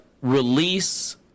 release